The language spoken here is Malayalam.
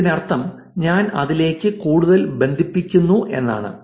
ഇതിനർത്ഥം ഞാൻ അതിലേക്ക് കൂടുതൽ ബന്ധിപ്പിക്കുന്നു എന്നാണ്